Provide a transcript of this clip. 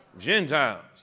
Gentiles